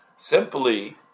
Simply